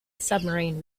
submarine